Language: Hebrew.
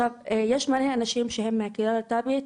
יש הרבה אנשים מהקהילה הלהט"בית,